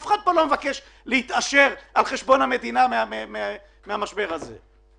הרי אף אחד לא מבקש להתעשר על חשבון המדינה מהמשבר הזה.